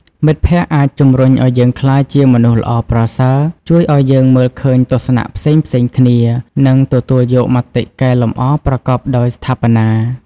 មិត្តភក្តិអាចជំរុញឱ្យយើងក្លាយជាមនុស្សល្អប្រសើរ ជួយឱ្យយើងមើលឃើញទស្សនៈផ្សេងៗគ្នា និងទទួលយកមតិកែលម្អប្រកបដោយស្ថាបនា។